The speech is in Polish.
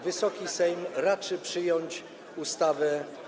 Wysoki Sejm raczy przyjąć ustawę.